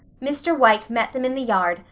mr. white met them in the yard,